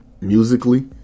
musically